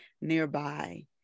nearby